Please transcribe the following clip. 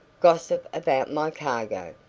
gossip about my cargo.